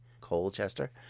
Colchester